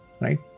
right